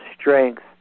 strength